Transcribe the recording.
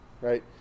right